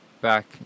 Back